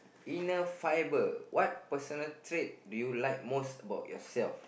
inner fiber what personal trait do you like most about yourself